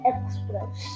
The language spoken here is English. Express